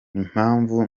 impamvu